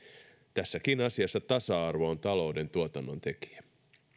tässäkin asiassa tasa arvo on talouden tuotannontekijä